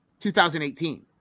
2018